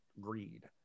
greed